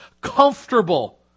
comfortable